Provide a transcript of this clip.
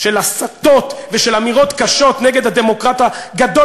הסתות ואמירות קשות נגד הדמוקרט הגדול